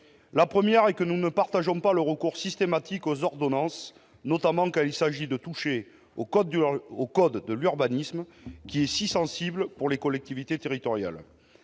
raisons. D'abord, nous ne partageons pas le recours systématique aux ordonnances, notamment quand il s'agit de toucher au code de l'urbanisme, si sensible pour les collectivités territoriales.